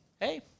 hey